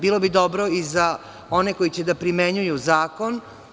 Bilo bi dobro i za one koji će da primenjuju zakon.